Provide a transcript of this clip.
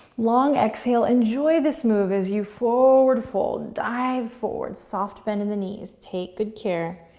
long exhale, enjoy this move as you forward fold, dive forward, soft bend in the knees, take good care.